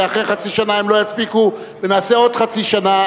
ואחרי חצי שנה הם לא יספיקו ונעשה עוד חצי שנה,